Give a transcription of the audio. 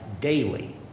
daily